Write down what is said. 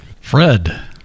Fred